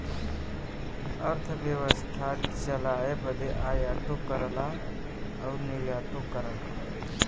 अरथबेवसथा चलाए बदे आयातो करला अउर निर्यातो करला